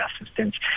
assistance